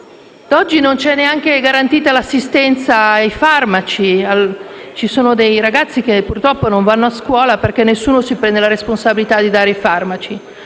Da oggi non è neanche garantita l'assistenza ai farmaci: ci sono dei ragazzi che purtroppo non vanno a scuola, perché nessuno si prende la responsabilità di dare loro i farmaci.